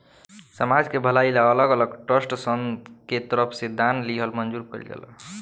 समाज के भलाई ला अलग अलग ट्रस्टसन के तरफ से दान लिहल मंजूर कइल जाला